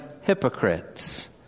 hypocrites